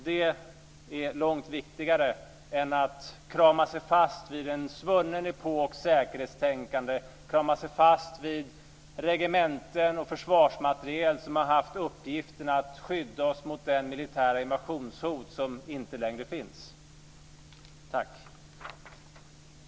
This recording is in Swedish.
Det är långt viktigare än att krama sig fast vid en svunnen epoks säkerhetstänkande och vid regementen och försvarsmateriel som har haft uppgiften att skydda oss mot det militära invasionshot som inte längre finns. Tack!